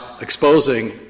exposing